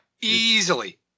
Easily